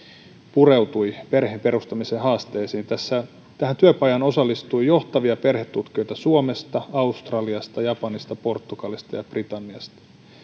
pureutui perheen perustamisen haasteisiin tähän työpajaan osallistui johtavia perhetutkijoita suomesta australiasta japanista portugalista ja britanniasta